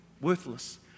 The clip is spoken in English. worthless